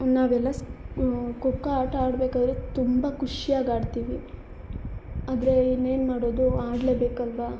ನಾವೆಲ್ಲ ಸ್ ಖೋಖೋ ಆಟ ಆಡಬೇಕಾದ್ರೆ ತುಂಬ ಖುಷಿಯಾಗಿ ಆಡ್ತೀವಿ ಆದರೆ ಇನ್ನೇನು ಮಾಡೋದು ಆಡಲೇಬೇಕಲ್ವಾ